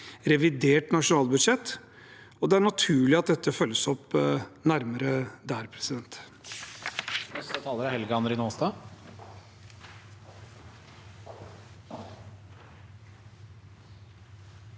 revidert nasjonalbudsjett. Det er naturlig at dette følges opp nærmere der. Helge